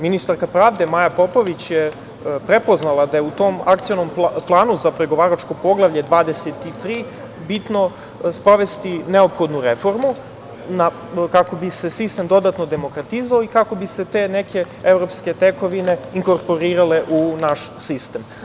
Ministarka pravde, Maja Popović, je prepoznala da je u tom akcionom planu za pregovaračku Poglavlje 23 bitno sprovesti neophodnu reformu kako bi se sistem dodatno demokratizovao i kako bi se te neke evropske tekovine inkorporirale u naš sistem.